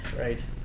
Right